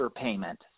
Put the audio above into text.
payment